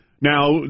Now